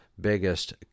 biggest